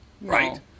right